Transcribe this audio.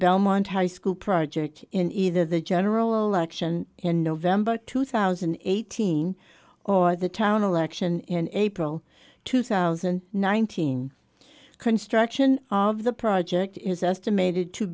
belmont high school project in either the general election in november two thousand and eighteen or the town election in april two thousand and nineteen construction of the project is estimated to